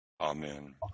Amen